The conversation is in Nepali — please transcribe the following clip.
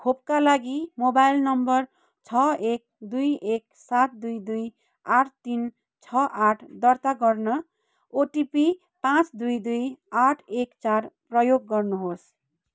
खोपका लागि मोबाइल नम्बर छ एक दुई एक सात दुई दुई आठ तिन छ आठ दर्ता गर्न ओटिपी पाँच दुई दुई आठ एक चार प्रयोग गर्नुहोस्